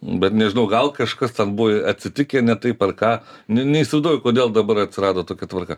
bet nežinau gal kažkas ten buvo atsitikę ne taip ar ką neįsivaizduoju kodėl dabar atsirado tokia tvarka